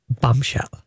Bombshell